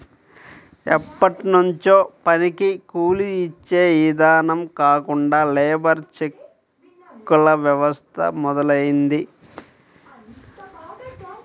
ఎప్పట్నుంచో పనికి కూలీ యిచ్చే ఇదానం కాకుండా లేబర్ చెక్కుల వ్యవస్థ మొదలయ్యింది